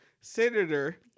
senator